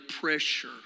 pressure